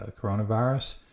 coronavirus